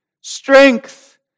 Strength